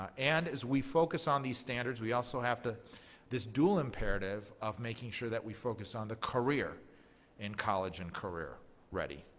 ah and as we focus on these standards, we also have this dual imperative of making sure that we focus on the career in college and career ready.